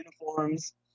uniforms